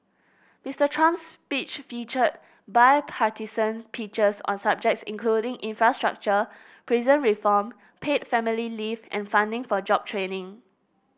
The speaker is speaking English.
Mister Trump's speech featured bipartisan pitches on subjects including infrastructure prison reform paid family leave and funding for job training